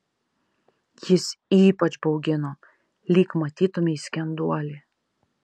jis ypač baugino lyg matytumei skenduolį